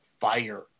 fire